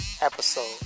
episode